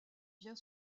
bien